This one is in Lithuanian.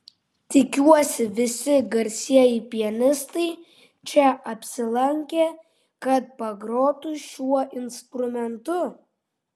tikiuosi visi garsieji pianistai čia apsilankė kad pagrotų šiuo instrumentu